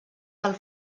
del